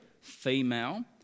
female